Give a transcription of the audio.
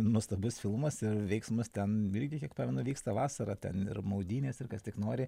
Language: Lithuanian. nuostabus filmas ir veiksmas ten irgi kiek pamenu vyksta vasarą ten ir maudynės ir kas tik nori